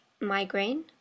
migraine